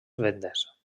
vendes